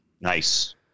Nice